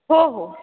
हो हो